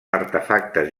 artefactes